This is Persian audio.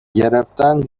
گرفتن